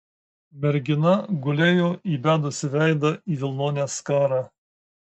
mergina gulėjo įbedusi veidą į vilnonę skarą